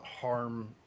harm